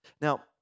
Now